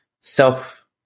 self